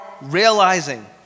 realizing